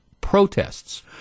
protests